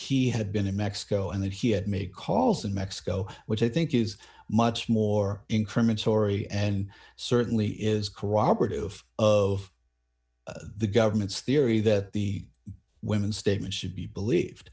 he had been in mexico and that he had made calls in mexico which i think is much more incriminatory and certainly is corroborative of the government's theory that the women statement should be believed